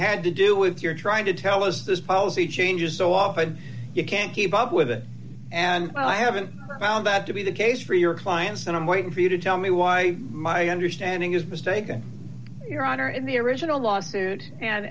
had to do with your trying to tell us this policy changes so often you can't keep up with it and i haven't had to be the case for your clients and i'm waiting for you to tell me why my understanding is mistaken your honor in the original lawsuit and